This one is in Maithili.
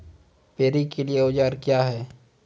पैडी के लिए औजार क्या हैं?